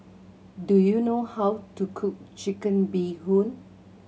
do you know how to cook Chicken Bee Hoon